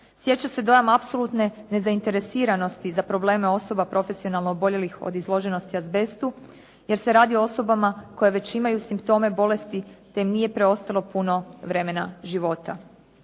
Stječe se dojam apsolutne nezainteresiranosti za probleme osoba profesionalno oboljelih od izloženosti azbestu, jer se radi o osobama koje već imaju simptome bolesti, te im nije preostalo puno vremena života.